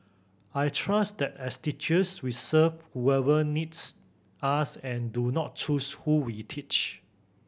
I trust that as teachers we serve whoever needs us and do not choose who we teach